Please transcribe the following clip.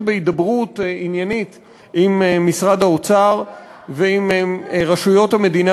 בהידברות עניינית עם משרד האוצר ועם רשויות המדינה